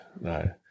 no